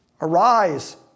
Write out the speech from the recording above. Arise